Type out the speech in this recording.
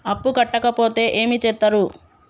అప్పు కట్టకపోతే ఏమి చేత్తరు?